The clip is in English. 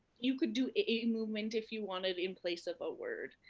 you could do a movement if you wanted in place of a word.